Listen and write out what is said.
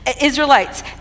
Israelites